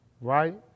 right